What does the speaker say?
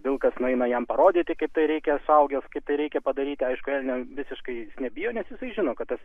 vilkas nueina jam parodyti kaip tai reikia suaugęs kaip tai reikia padaryti aišku elniai visiškai nebijo nes jisai žino kad tas